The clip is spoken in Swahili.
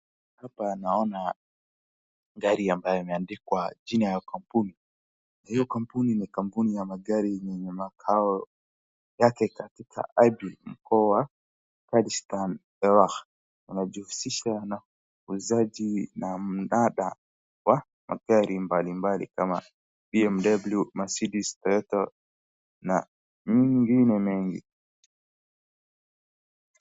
Hapa naona gari ambayo imeandikwa jina ya kampuni. Hiyo kampuni ni kampuni ya magari yenye makao yake katika Aipi mkoa wa Pakistan. Wanajihusisha na uuzaji na mdada wa magari mbalimbali kama BMW, Marceedes, Toyota na mengine mengi.